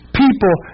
people